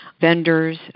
vendors